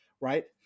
right